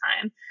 time